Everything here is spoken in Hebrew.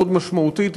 מאוד משמעותית,